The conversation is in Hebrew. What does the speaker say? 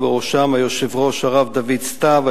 ובראשם היושב-ראש הרב דוד סתיו,